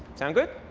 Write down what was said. sound good?